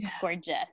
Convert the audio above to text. gorgeous